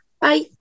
Bye